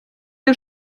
der